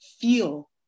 feel